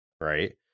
right